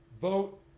Vote